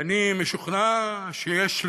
ואני משוכנע שיש,